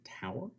tower